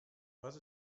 was